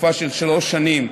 בתקופה של שלוש שנים.